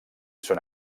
són